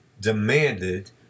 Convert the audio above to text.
demanded